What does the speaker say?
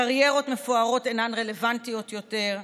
קריירות מפוארות אינן רלוונטיות יותר,